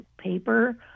paper